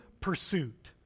pursuit